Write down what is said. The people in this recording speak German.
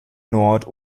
nord